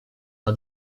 una